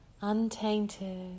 untainted